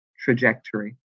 trajectory